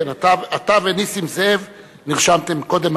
אתה ונסים זאב נרשמתם קודם,